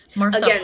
Again